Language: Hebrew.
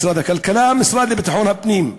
משרד הכלכלה והמשרד לביטחון הפנים.